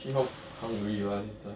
see how hungry you are later